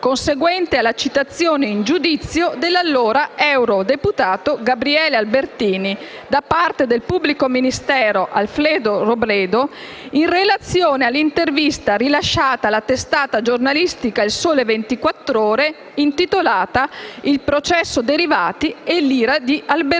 conseguente alla citazione in giudizio dell'allora eurodeputato Gabriele Albertini da parte del pubblico ministero Alfredo Robledo, in relazione all'intervista rilasciata alla testata giornalistica «Il Sole 24 Ore» intitolata: «Il processo derivati e l'ira di Albertini»,